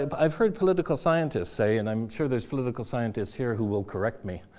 ah but i've heard political scientists say and i'm sure there's political scientists here who will correct me.